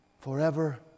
forever